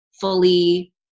fully